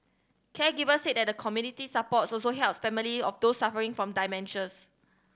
caregivers said that the community support also helps family of those suffering from dementias